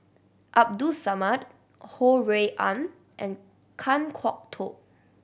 Abdul Samad Ho Rui An and Kan Kwok Toh